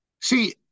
See